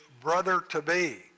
brother-to-be